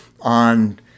On